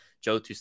Joe